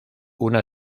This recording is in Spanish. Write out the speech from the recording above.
una